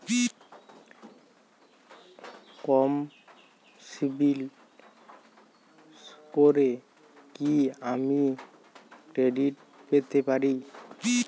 কম CIBIL স্কোরে কি আমি ক্রেডিট পেতে পারি?